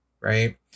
right